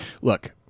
Look